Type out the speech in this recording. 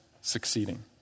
succeeding